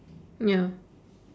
ya